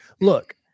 Look